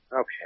Okay